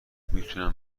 میتونم